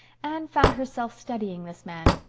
anne found herself studying this man.